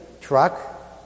truck